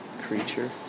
creature